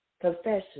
confession